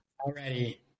Already